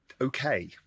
okay